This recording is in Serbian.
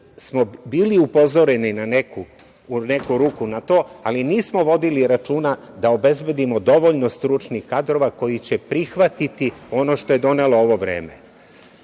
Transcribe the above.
smo bili upozoreni u neku ruku na to, ali nismo vodili računa da obezbedimo dovoljno stručnih kadrova koji će prihvatiti ono što je donelo ovo vreme. Ne